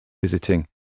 visiting